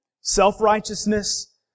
self-righteousness